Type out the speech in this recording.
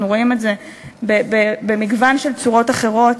אנחנו רואים את זה במגוון של צורות אחרות.